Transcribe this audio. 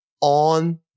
on